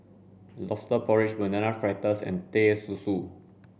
lobster porridge banana fritters and Teh Susu